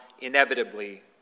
inevitably